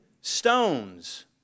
stones